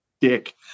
dick